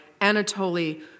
Anatoly